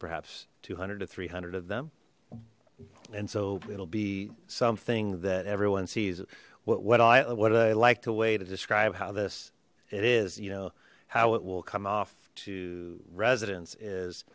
perhaps two hundred to three hundred of them and so it'll be something that everyone sees what i what i liked a way to describe how this it is you know how it will come off to residents is